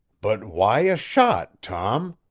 but why a shot, tom?